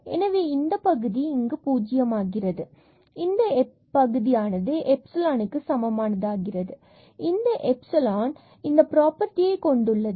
எனவே இந்தப் பகுதி 0 இங்கு பூஜ்ஜியம் ஆகிறது எனவே இந்த பகுதியானது எப்சிலானுக்கு epsilon சமமாகிறது மற்றும் இந்த epsilon இந்த பிராபர்டியை கொண்டுள்ளது